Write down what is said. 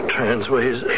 Transways